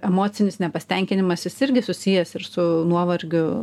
emocinis nepasitenkinimas jis irgi susijęs ir su nuovargiu